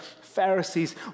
Pharisees